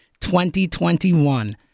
2021